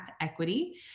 equity